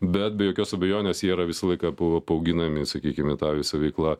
bet be jokios abejonės jie yra visą laiką apauginami sakykime ta visa veikla